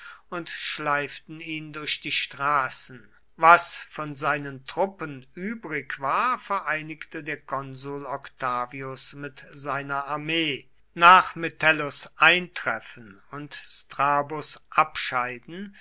und schleiften ihn durch die straßen was von seinen truppen übrig war vereinigte der konsul octavius mit seiner armee nach metellus eintreffen und strabos abscheiden